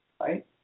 Right